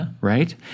right